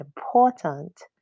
important